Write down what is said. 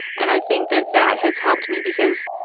and i think that that has helped me because.